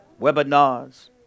webinars